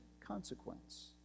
consequence